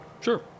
Sure